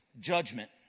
judgment